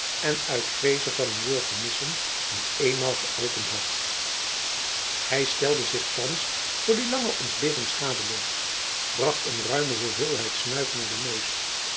en uit vreeze van een woord te missen niet eenmaal geöpend had jacob van lennep elizabeth musch hy steldezich thands voor die lange ontbering schadeloos bracht een ruime hoeveelheid snuif naar den neus